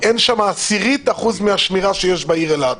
אין שם 0.10% מהשמירה שיש בעיר אלעד,